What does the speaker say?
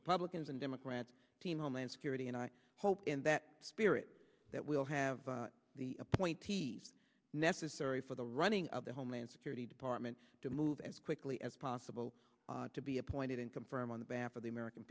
republicans and democrats team homeland security and i hope in that spirit that we will have the appointees necessary for the running of the homeland security department to move as quickly as possible to be appointed and confirmed on the back of the american